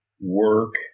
work